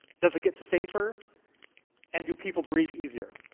does it get safer and do people breathe easier?